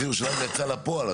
אחרי ירושלים זה יצא לפועל.